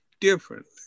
differently